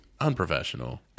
Unprofessional